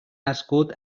nascut